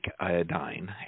iodine